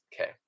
Okay